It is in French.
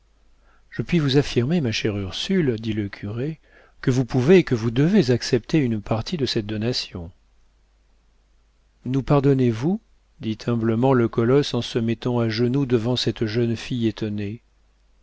je puis vous affirmer ma chère ursule dit le curé que vous pouvez et que vous devez accepter une partie de cette donation nous pardonnez-vous dit humblement le colosse en se mettant à genoux devant cette jeune fille étonnée